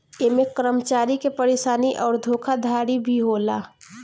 ऐमे कर्मचारी के परेशानी अउर धोखाधड़ी भी होला